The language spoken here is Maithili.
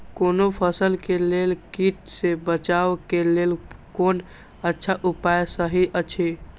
कोनो फसल के लेल कीट सँ बचाव के लेल कोन अच्छा उपाय सहि अछि?